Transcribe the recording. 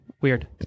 Weird